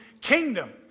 kingdom